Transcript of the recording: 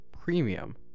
premium